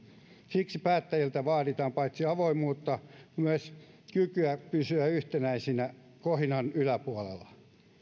siksi päättäjiltä vaaditaan paitsi avoimuutta myös kykyä pysyä yhtenäisinä kohinan yläpuolella